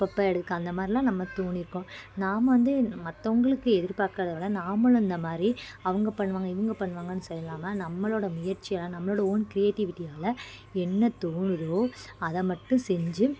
அப்பப்போ எடுக்க அந்தமாதிரில்லாம் நம்ம தோணியிருக்கும் நாம் வந்து மற்றவங்களுக்கு எதிர்பாக்காததை விட நாமளும் இந்தமாதிரி அவங்க பண்ணுவாங்கள் இவங்க பண்ணுவாங்கன்னு சொல்லாமல் நம்மளோடய முயற்சியில் நம்மளோடய ஓன் க்ரியேட்டிவிட்டியால் என்ன தோணுதோ அதை மட்டும் செஞ்சு